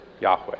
Yahweh